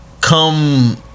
come